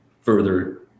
further